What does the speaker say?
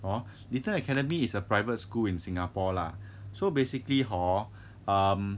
hor lithan academy is a private school in singapore lah so basically hor um